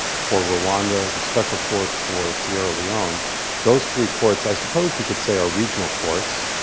for rwanda, the special court for sierra leone those three courts, i suppose you could say, are regional courts.